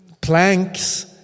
planks